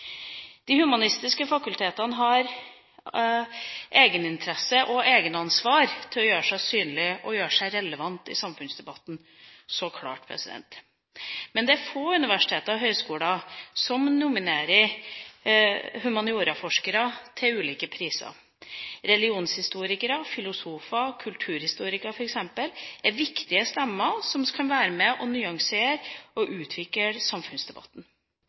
De humanistiske fakultetene har egeninteresse i og egenansvar med hensyn til å gjøre seg synlig og relevant i samfunnsdebatten – så klart. Men det er få universiteter og høgskoler som nominerer humanioraforskere til ulike priser. Religionshistorikere, filosofer, kulturhistorikere, f.eks., er viktige stemmer som kan være med og nyansere og utvikle samfunnsdebatten.